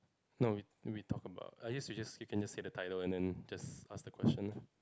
no we we talk about I guess we just you can just say the title and then just ask the question